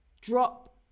drop